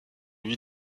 lui